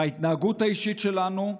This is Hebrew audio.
בהתנהגות האישית שלנו,